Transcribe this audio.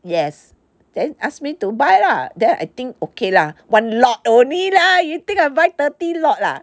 yes then ask me to buy lah there I think okay lah one lot only lah you think I buy thirty lot ah